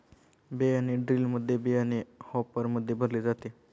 बियाणे ड्रिलमध्ये बियाणे हॉपरमध्ये भरले जाते